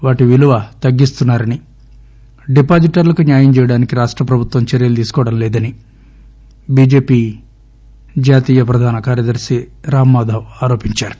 వాటి విలువ తగ్గిస్తున్నారని డిపాజిటర్లకు న్యాయం చేయడానికి ప్రభుత్వం చర్యలు తీసుకోవడం లేదని బిజెపి జాతీయ ప్రధాన కార్యదర్శి రామ్మాధవ్ ఆరోపించారు